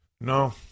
No